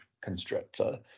constructor